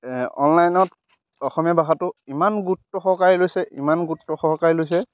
অনলাইনত অসমীয়া ভাষাটো ইমান গুৰুত্ব সহকাৰে লৈছে ইমান গুৰুত্ব সহকাৰে লৈছে